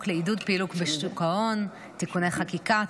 לעידוד פעילות בשוק ההון (תיקוני חקיקה),